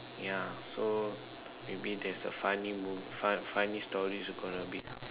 ya so maybe there's a funny moment funny story there is going to be